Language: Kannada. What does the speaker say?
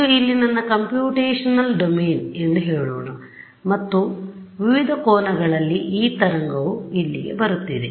ಇದು ಇಲ್ಲಿ ನನ್ನ ಕಂಪ್ಯೂಟೇಶನಲ್ ಡೊಮೇನ್ಎಂದು ಹೇಳೋಣ ಮತ್ತು ವಿವಿಧ ಕೋನಗಳಲ್ಲಿ ಈ ತರಂಗವು ಇಲ್ಲಿಗೆ ಬರುತ್ತಿದೆ